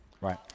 Right